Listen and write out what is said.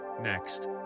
Next